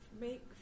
make